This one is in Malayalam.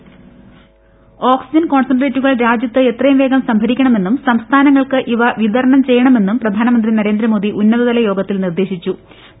വോയ്സ് ഓക്സിജൻ കോൺസൻട്ട്രേറ്റുകൾ രാജ്യത്ത് എത്രയും വേഗം സംഭരിക്കണമെന്നുക് സ്ംസ്ഥാനങ്ങൾക്ക് ഇവ വിതരണം ചെയ്യണമെന്നും പ്രധാന്ധിമുന്തി നരേന്ദ്രമോദി ഉന്നതതല യോഗത്തിൽ നിർദ്ദേശീച്ചു പി